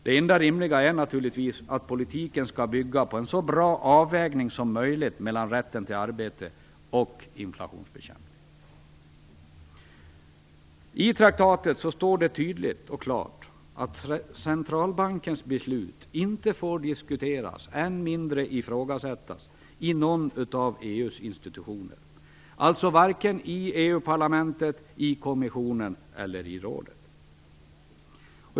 Det enda rimliga är naturligtvis att politiken skall bygga på en så bra avvägning som möjligt mellan rätten till arbete och inflationsbekämpning. I traktatet står det tydligt och klart att centralbankens beslut inte får diskuteras - än mindre ifrågasättas - i någon av EU:s institutioner, alltså varken i EU parlamentet, i kommissionen eller i rådet.